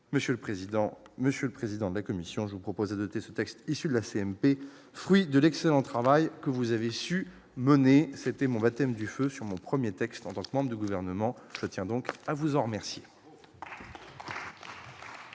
monsieur le président, Monsieur le président de la commission, je vous propose de doter ce texte issu de la CMP, fruit de l'excellent travail que vous avez su mener c'était mon baptême du feu sur mon 1er texte en tant que membre du gouvernement je tiens donc à vous en remercier.